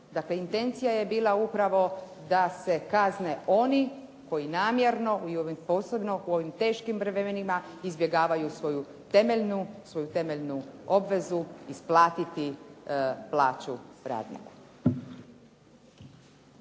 intencija je bila upravo da se kazne oni koji namjerno i u ovim posebno teškim vremenima izbjegavaju svoju temeljnu obvezu, isplatiti plaću radniku.